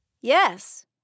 Yes